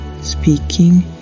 speaking